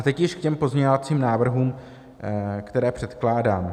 A teď již k těm pozměňovacím návrhům, které předkládám.